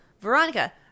Veronica